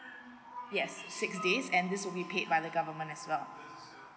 yes six days and this will be paid by the government as well